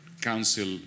Council